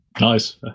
Nice